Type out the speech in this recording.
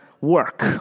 work